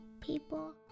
people